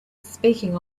speaking